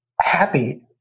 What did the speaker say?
happy